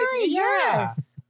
Yes